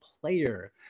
player